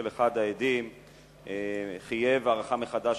אני מקבל את ההערה שהאדם לא מיוצג,